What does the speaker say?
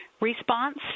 response